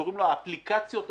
קוראים לו האפליקציות הבנקאיות.